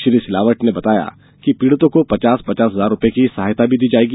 श्री सिलावट ने बताया कि पीड़ितों को पचास पचास हजार रुपये की सहायता भी दी जायेगी